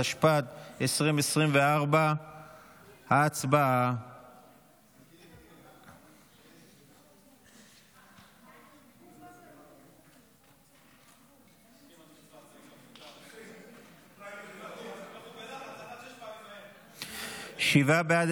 התשפ"ד 2024. הצבעה.